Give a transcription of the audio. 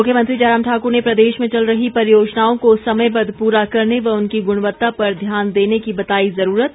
मुख्यमंत्री जयराम ठाकुर ने प्रदेश में चल रही परियोजनाओं को समयबद्ध पूरा करने व उनकी गुणवत्ता पर ध्यान देने की बताई जरूरत